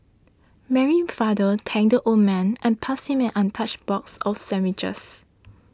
Mary's father thanked the old man and passed him an untouched box of sandwiches